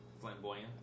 Flamboyant